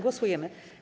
Głosujemy.